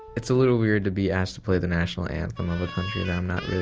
it's a little weird to be asked to play the national anthem of a country that i'm not really